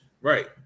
Right